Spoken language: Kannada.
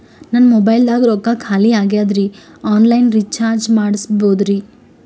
ನನ್ನ ಮೊಬೈಲದಾಗ ರೊಕ್ಕ ಖಾಲಿ ಆಗ್ಯದ್ರಿ ಆನ್ ಲೈನ್ ರೀಚಾರ್ಜ್ ಮಾಡಸ್ಬೋದ್ರಿ?